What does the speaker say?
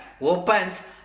opens